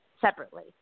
separately